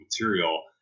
material